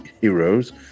heroes